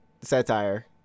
satire